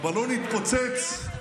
הבלון התפוצץ,